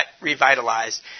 revitalized